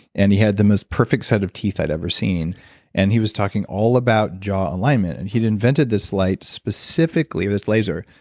and he had the most perfect set of teeth i had ever seen and he was talking all about jaw alignment and he'd invented this light specifically with laser,